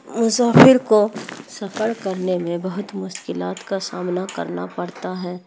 مسافر کو سفر کرنے میں بہت مشکلات کا سامنا کرنا پڑتا ہے